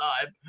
time